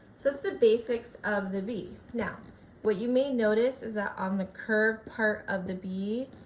so that's the basics of the b. now what you may notice is that on the curve part of the b,